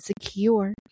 secure